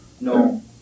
no